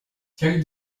quelle